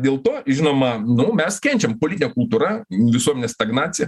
dėl to žinoma nu mes kenčiam politinė kultūra visuomenės stagnacija